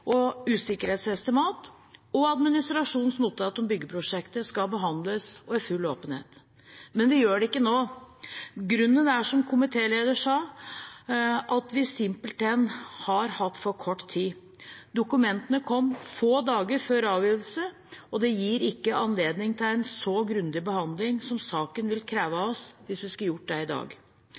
og usikkerhetsestimat og administrasjonens notat om byggeprosjektet, skal behandles – og i full åpenhet. Men vi gjør det ikke nå. Grunnen er, som komitélederen sa, at vi simpelthen har hatt for kort tid. Dokumentene kom få dager før avgivelse, og det gir ikke anledning til en så grundig behandling som saken vil kreve av oss, hvis vi skulle gjort det i dag.